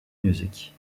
music